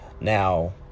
now